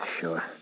Sure